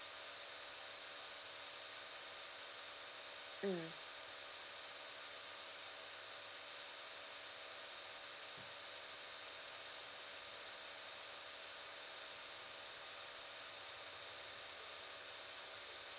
mm